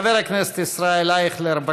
חבר הכנסת ישראל אייכלר,